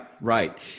Right